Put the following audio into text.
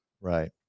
Right